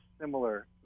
similar